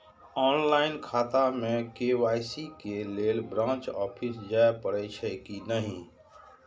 Online खाता में KYC के लेल ब्रांच ऑफिस जाय परेछै कि नहिं?